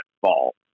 fall